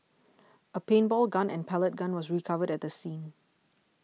a paintball gun and pellet gun were recovered at the scene